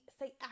say